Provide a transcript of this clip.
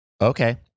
Okay